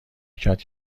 کرد